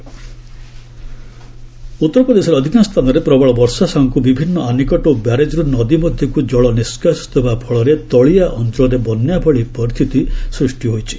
UP flood ଉତ୍ତର ପ୍ରଦେଶର ଅଧିକାଂଶ ସ୍ଥାନରେ ପ୍ରବଳ ବର୍ଷା ସାଙ୍ଗକୁ ବିଭିନ୍ନ ଆନିକଟ୍ ଓ ବ୍ୟାରେଜ୍ର୍ ନଦୀ ମଧ୍ୟକ୍ତ ଜଳ ନିଷ୍କାସିତ ହେବା ଫଳରେ ତଳିଆ ଅଞ୍ଚଳରେ ବନ୍ୟା ଭଳି ପରିସ୍ଥିତି ସ୍ପଷ୍ଟି ହୋଇଛି